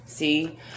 See